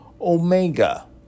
Omega